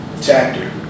chapter